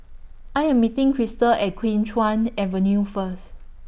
I Am meeting Crystal At Kim Chuan Avenue First